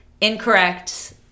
incorrect